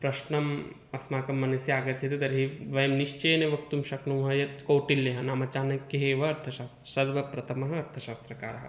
प्रश्नः अस्माकं मनसि आगच्छति तर्हि वयं निश्चयेन वक्तुं शक्नुमः यत् कौटिल्यः नाम चाणक्यः एव अर्थशास्त्र सर्वप्रथमः अर्थशास्त्रकारः